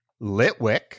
Litwick